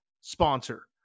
sponsor